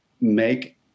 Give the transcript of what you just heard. make